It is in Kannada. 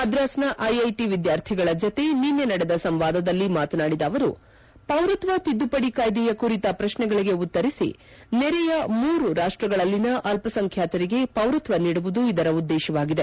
ಮದ್ರಾಸ್ನ ಐಐಟಿ ವಿದ್ಯಾರ್ಥಿಗಳ ಜತೆ ನಿನ್ನೆ ನಡೆದ ಸಂವಾದದಲ್ಲಿ ಮಾತನಾಡಿದ ಅವರು ಪೌರತ್ವ ತಿದ್ದುಪಡಿ ಕಾಯ್ದೆಯ ಕುರಿತ ಪಶ್ನೆಗಳಿಗೆ ಉತ್ತರಿಸಿ ನೆರೆಯ ಮೂರು ರಾಷ್ಟಗಳಲ್ಲಿನ ಅಲ್ಲಸಂಬ್ಯಾತರಿಗೆ ಪೌರತ್ವ ನೀಡುವುದು ಇದರ ಉದ್ದೇಶವಾಗಿದೆ